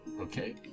okay